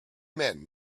men